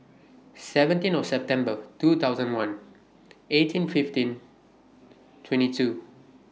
seventeenth September two thousand one eighteen fifteen twenty two